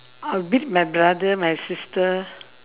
I'll beat my brother my sister